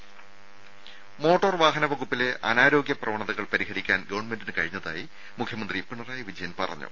രുമ മോട്ടോർ വാഹന വകുപ്പിലെ അനാരോഗ്യ പ്രവണതകൾ പരിഹരിക്കാൻ ഗവൺമെന്റിന് കഴിഞ്ഞതായി മുഖ്യമന്ത്രി പിണറായി വിജയൻ പറഞ്ഞു